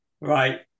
right